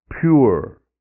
pure